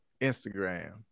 Instagram